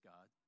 God